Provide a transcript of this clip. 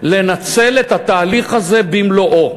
לנצל את התהליך הזה במלואו.